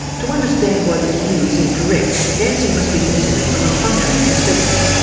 to understand why this view is incorrect, dancing must be considered from a functional perspective.